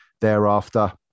thereafter